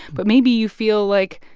but maybe you feel like,